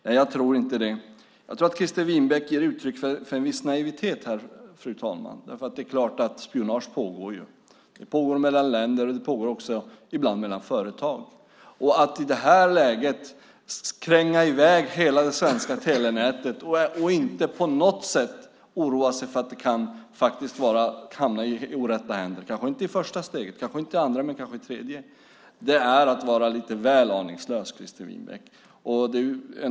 Nej, jag tror inte det. Jag tror att Christer Winbäck ger uttryck för en viss naivitet här, fru talman. Det är klart att det pågår spionage. Det pågår mellan länder. Det pågår också ibland mellan företag. Att i det här läget kränga iväg hela det svenska telenätet och inte på något sätt oroa sig för att det faktiskt kan hamna i orätta händer - det kanske inte händer i första steget, kanske inte i det andra men kanske i det tredje - är att vara lite väl aningslös, Christer Winbäck.